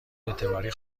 اعتباری